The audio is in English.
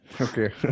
Okay